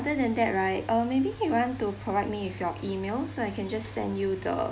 other than that right uh maybe you want to provide me with your email so I can just send you the